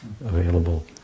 available